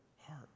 heart